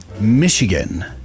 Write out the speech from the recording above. Michigan